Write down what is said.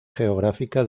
geográfica